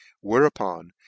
Whereupon